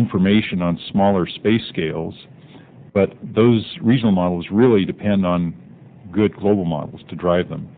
information on smaller space scales but those regional models really depend on good global models to drive them